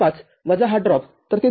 ५ वजा हा ड्रॉपतर ते २